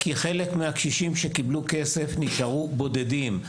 כי חלק מהקשישים שקיבלו כסף נשארו בודדים.